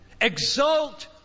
Exult